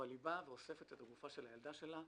היא באה ואוספת את הגופה של הילדה שלה,